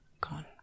gone